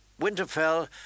winterfell